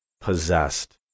possessed